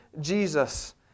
Jesus